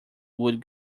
would